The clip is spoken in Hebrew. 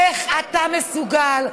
איך אתה מסוגל,